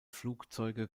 flugzeuge